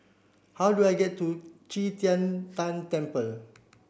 how do I get to Qi Tian Tan Temple